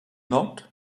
not